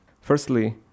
Firstly